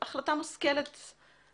אולי דופקים חלק מהעסקים בגלל העניין הזה.